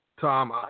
Tom